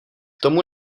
tomu